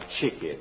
chicken